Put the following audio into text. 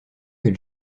que